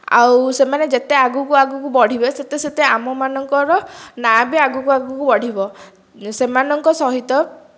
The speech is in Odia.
ଆଉ ସେମାନେ ଯେତେ ଆଗକୁ ଆଗକୁ ବଢ଼ିବେ ସେତେ ଆମମାନଙ୍କର ନାଁ ବି ଆଗକୁ ଆଗକୁ ବଢ଼ିବ ସେମାନଙ୍କ ସହିତ